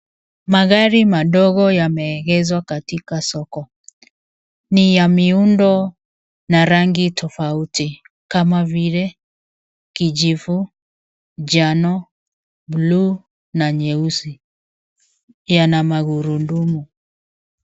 Magari madogo yameegeshwa katika soko. Ni ya miundo na rangi tofauti kama vile kijivu, njano, bluu na nyeusi. Yana magurudumu.